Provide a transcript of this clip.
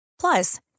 Plus